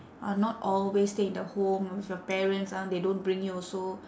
uh not always stay in the home with your parents uh they don't bring you also